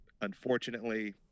Unfortunately